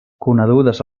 conegudes